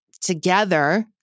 Together